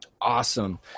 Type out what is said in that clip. Awesome